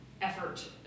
effort